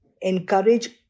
encourage